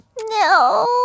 No